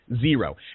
Zero